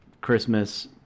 Christmas